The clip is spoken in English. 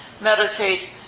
meditate